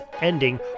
ending